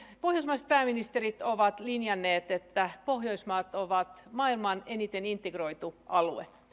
pohjoismaiset pääministerit ovat linjanneet että pohjoismaat ovat maailman eniten integroitu alue